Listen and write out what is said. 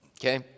okay